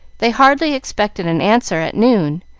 they hardly expected an answer at noon,